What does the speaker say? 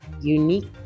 unique